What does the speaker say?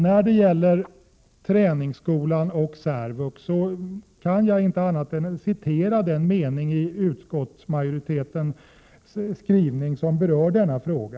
När det gäller frågan om huruvida särvux skall utvidgas till att avse även undervisning som motsvarar särskolan, kan jag inte annat än citera den mening i utskottsmajoritetens skrivning som berör denna fråga.